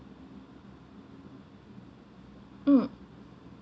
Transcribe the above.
mm